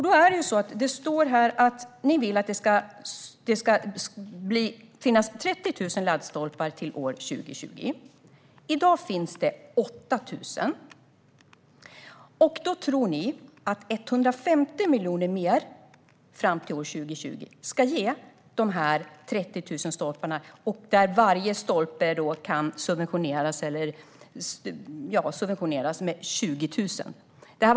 Där står att ni vill att det ska finnas 30 000 laddstolpar till år 2020, Anders Åkesson. I dag finns det 8 000, och då tror ni att 150 miljoner mer fram till år 2020 ska ge dessa 30 000 stolpar, där varje stolpe kan subventioneras med 20 000 kronor.